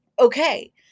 okay